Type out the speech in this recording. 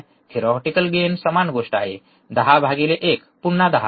theoretical gain समान गोष्ट आहे १० भागिले १ पुन्हा १० आहे